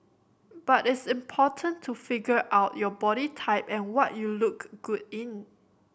but it's important to figure out your body type and what you look good in